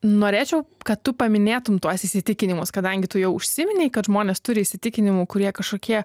norėčiau kad tu paminėtum tuos įsitikinimus kadangi tu jau užsiminei kad žmonės turi įsitikinimų kurie kažkokie